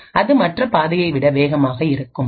அது மற்ற பாதையை விட வேகமாக இருக்கும்